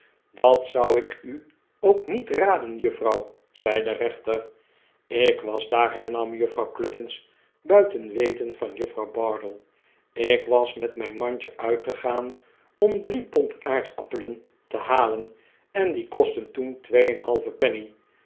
dat zou ik u ook niet raden juffrouw zei de rechter ik was daar hernam juffrouw cluppins buiten weten van juffrouw bardell ik was met mijn mandje uitgegaan om drie pond aardappeien te halen en die kostten toen twee en